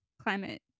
climate